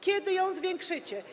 Kiedy ją zwiększycie?